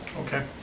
okay.